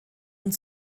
und